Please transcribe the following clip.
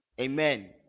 Amen